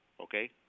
Okay